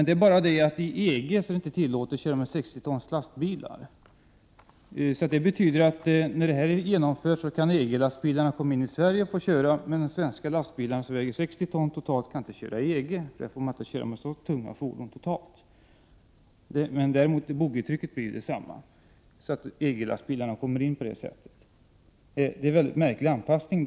Det är bara det att inom EG är det inte tillåtet att köra med 60 tons lastbilar. Det betyder att när denna anpassning är genomförd kan EG lastbilarna komma in i Sverige och få köra här, men de svenska lastbilar som väger totalt 60 ton kan inte köra inom EG — där får man inte köra med totalt sett så tunga fordon. Boggitrycket blir däremot detsamma, och på det sättet kommer EG-lastbilarna in i Sverige. Detta är en mycket märklig anpassning.